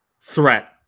threat